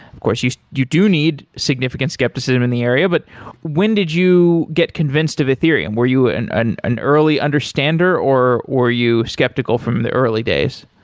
of course, you you do need significant skepticism in the area, but when did you get convinced of ethereum? were you an an early understander, or were you skeptical from the early days?